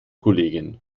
kollegin